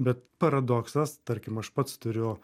bet paradoksas tarkim aš pats turiu